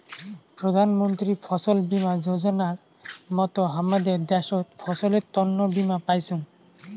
প্রধান মন্ত্রী ফছল বীমা যোজনার মত হামাদের দ্যাশোত ফসলের তন্ন বীমা পাইচুঙ